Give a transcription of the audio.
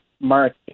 Mark